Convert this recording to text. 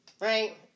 Right